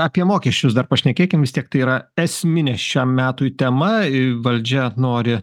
apie mokesčius dar pašnekėkim vis tiek tai yra esminė šiam metui tema iii valdžia nori